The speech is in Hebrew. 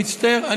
אני מצטער,